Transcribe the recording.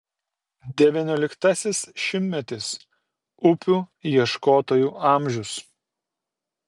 devynioliktasis šimtmetis upių ieškotojų amžius